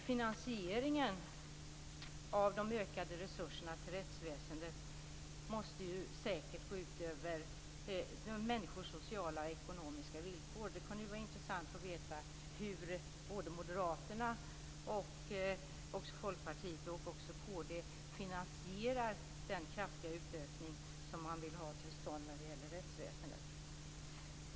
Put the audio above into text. Finansieringen av de ökade resurserna till rättsväsendet måste säkert gå ut över människors sociala och ekonomiska villkor. Det kunde vara intressant att veta hur Moderaterna, Folkpartiet och kd finansierar den kraftiga utökning som man vill ha till stånd när det gäller rättsväsendet.